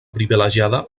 privilegiada